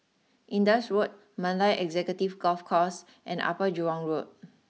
Indus Road Mandai Executive Golf Course and Upper Jurong Road